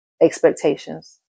expectations